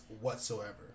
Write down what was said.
whatsoever